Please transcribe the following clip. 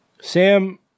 Sam